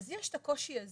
אז יש את הקושי הזה.